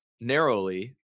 narrowly